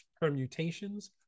permutations